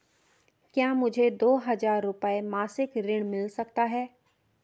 क्या मुझे दो हज़ार रुपये मासिक ऋण मिल सकता है?